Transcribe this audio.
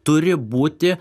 turi būti